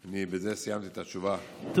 אני בזה סיימתי את התשובה לשאילתה הזאת.